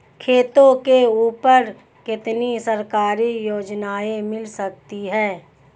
खेतों के ऊपर कितनी सरकारी योजनाएं मिल सकती हैं?